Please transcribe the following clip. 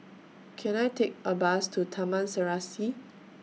Can I Take A Bus to Taman Serasi